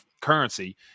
currency